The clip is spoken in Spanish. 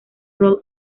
roll